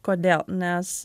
kodėl nes